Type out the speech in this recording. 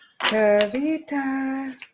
Kavita